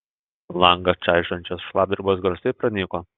langą čaižančios šlapdribos garsai pranyko